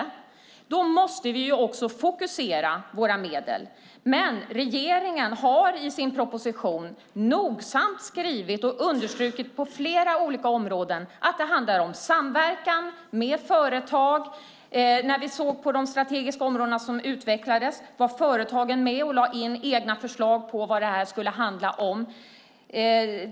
Men då måste vi också fokusera våra medel. Regeringen har i sin proposition nogsamt skrivit och understrukit på flera olika områden att det handlar om samverkan med företag. När vi såg på de strategiska områden som utvecklades var företagen med och lade fram egna förslag på vad det skulle handla om.